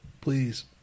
Please